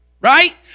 right